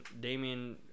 Damian –